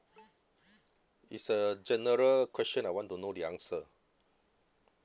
it's a general question I want to know the answer